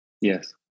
Yes